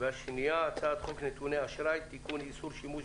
והשנייה הצעת חוק נתוני אשראי (תיקון איסור שימוש